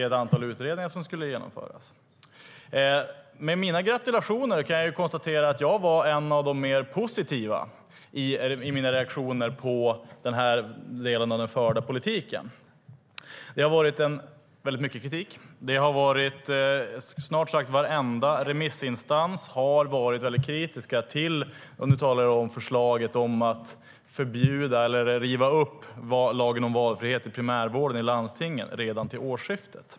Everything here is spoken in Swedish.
Ett antal utredningar skulle genomföras. Med mina gratulationer kan jag konstatera att jag var en av de mer positiva i mina reaktioner på den delen av den förda politiken. Det har varit mycket kritik. Snart sagt varenda remissinstans har varit kritiska till förslaget om att förbjuda eller riva upp lagen om valfrihetssystem i primärvården i landstingen redan till årsskiftet.